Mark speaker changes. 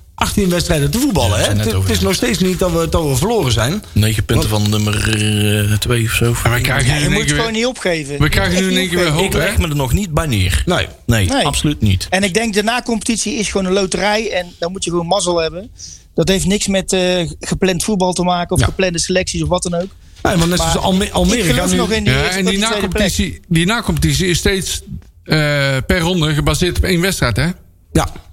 Speaker 1: 18 wedstrijden te voetballen,
Speaker 2: Ja, we
Speaker 1: hè?
Speaker 2: zijn net
Speaker 1: Het is-
Speaker 2: over
Speaker 1: het is
Speaker 2: de helft.
Speaker 1: nog steeds niet dat we- dat we verloren zijn.
Speaker 2: Negen punten
Speaker 1: Want-
Speaker 2: van nummer, eh, twee of zo.
Speaker 3: Maar we krijgen
Speaker 4: Ja,
Speaker 3: nu
Speaker 4: je
Speaker 3: in één
Speaker 4: moet
Speaker 3: keer
Speaker 4: het
Speaker 3: weer-
Speaker 4: gewoon niet opgeven.
Speaker 3: We
Speaker 4: Je moet
Speaker 3: krijgen nu
Speaker 4: echt
Speaker 3: in
Speaker 4: niet
Speaker 3: één keer weer
Speaker 4: opgeven.
Speaker 3: hoop,
Speaker 2: Ik leg
Speaker 3: hè?
Speaker 2: me er nog niet bij neer.
Speaker 1: Nee.
Speaker 2: Nee,
Speaker 4: Nee.
Speaker 2: absoluut niet.
Speaker 4: En ik denk de nacompetitie is gewoon een loterij en dan moet je gewoon mazzel hebben. Dat heeft niks met, eh, g- gepland voetbal te maken of
Speaker 3: Ja.
Speaker 4: geplande selecties of wat dan ook.
Speaker 1: Nee, want net zoals
Speaker 4: Maar
Speaker 1: Alme-
Speaker 4: ik
Speaker 1: Almere
Speaker 4: geloof
Speaker 1: gaan nu-
Speaker 4: nog in die
Speaker 3: Ja,
Speaker 4: eerste
Speaker 3: en
Speaker 4: tot
Speaker 3: die
Speaker 4: die tweede plek.
Speaker 3: nacompetitie- die nacompetitie is steeds, eh, per ronde gebaseerd op één wedstrijd, hè?
Speaker 1: Ja.